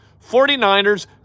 49ers